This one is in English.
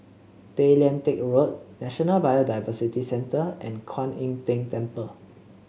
Tay Lian Teck Road National Biodiversity Centre and Kuan Im Tng Temple